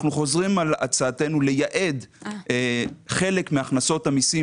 לכן אנחנו חוזרים על הצעתנו לייעד חלק מהכנסות המסים